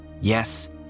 Yes